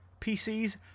PCs